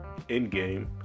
Endgame